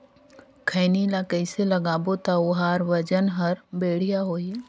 खैनी ला कइसे लगाबो ता ओहार वजन हर बेडिया होही?